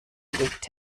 legt